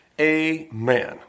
Amen